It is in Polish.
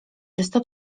czysto